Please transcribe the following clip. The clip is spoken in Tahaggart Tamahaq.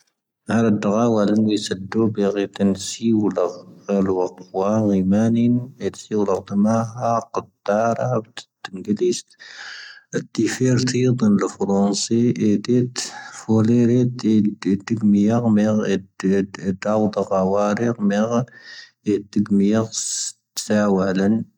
ⴰⵔⴰⴷ ⴳⴰⵡⴰⵍⴻⵏ, ⵡⵉⵙⴰⴷ ⴷoⴱⴻⵔ ⵉⵜ ⴻⵏ ⵙⵉⵡ ⵍⴰⴼ ⴰⵍ ⵡⴰⵇⵡⴰⴰⵏ ⵉⵎⴰⵏⵉⵏ, ⴻⵜ ⵙⵉⵡ ⵍⴰⴼ ⴷⴰⵎⴰⴰ ⵀⴰⵇ ⵜⴰ ⵔⴰⴰⵡⵜ, ⵜⴻⵏ ⴳⵓⴷⵉⵙⵜ,. ⴷⵉⴼⴻⵔ ⵜⵀⵉⵔ ⴷⵉⵏ ⵍⴰⴼ ⴼⵔoⵏⵙⴻ, ⴻⴷⴻⵜ ⴼoⵍⴻⵔⴻ, ⴻⴷⴻⵜ ⴷⵉⴳⵎⵉⴻⵔ ⵎⴻⵔ, ⴻⴷⴰⵓⴷⴰ ⴳⴰⵡⴰⵔⵉⵔ ⵎⴻⵔ, ⴻⴷⴻⴳⵎⵉⴻⵔ ⵙⴰⴰⵡⴰⵍⴻⵏ.